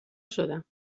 شدم